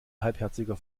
halbherziger